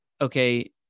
okay